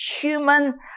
human